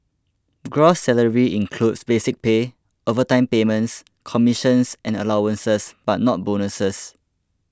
gross salary includes basic pay overtime payments commissions and allowances but not bonuses